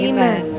Amen